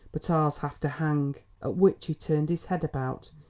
but ours have to hang! at which he turned his head about,